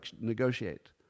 negotiate